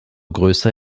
größer